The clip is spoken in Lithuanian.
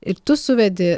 ir tu suvedi